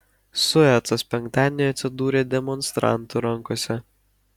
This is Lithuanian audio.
suecas penktadienį atsidūrė demonstrantų rankose